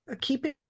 keeping